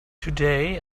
today